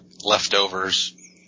leftovers